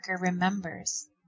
remembers